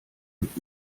und